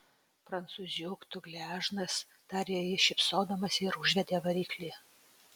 prancūziuk tu gležnas tarė ji šypsodamasi ir užvedė variklį